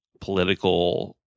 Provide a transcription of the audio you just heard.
political